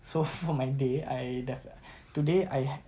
so for my day I def~ today I